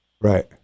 Right